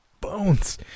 bones